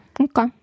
okay